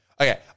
Okay